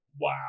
Wow